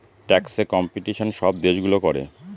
ট্যাক্সে কম্পিটিশন সব দেশগুলো করে